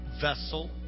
vessel